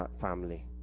family